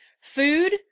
food